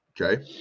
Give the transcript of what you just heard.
Okay